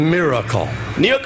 miracle